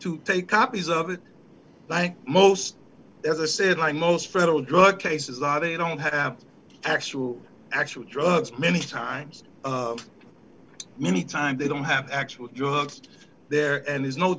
to take copies of it like most never said i most federal drug cases are they don't have actual actual drugs many times many times they don't have actual jugs there and there's no